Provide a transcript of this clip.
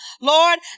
Lord